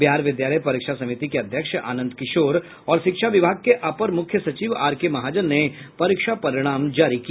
बिहार विद्यालय परीक्षा समिति के अध्यक्ष आनंद किशोर और शिक्षा विभाग के अपर मुख्य सचिव आरके महाजन ने परीक्षा परिणाम जारी किया